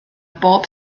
bob